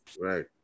Right